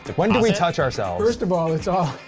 when do we touch ourselves? first of all, it's all.